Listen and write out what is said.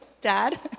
dad